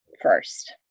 first